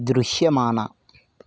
దృశ్యమాన